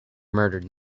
murdered